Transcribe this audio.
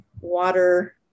water